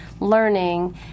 learning